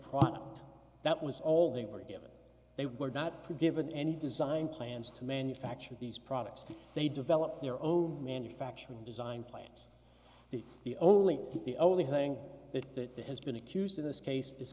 product that was all they were given they were not given any design plans to manufacture these products they develop their own manufacturing design plans that the only the only thing that has been accused in this case is